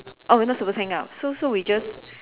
oh we're not suppose to hang up so so we just just